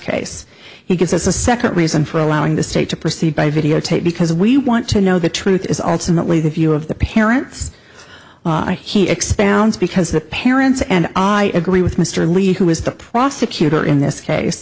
case he gives us a second reason for allowing the state to proceed by videotape because we want to know the truth is ultimately the view of the parents he expounds because the parents and i agree with mr lee who is the prosecutor in this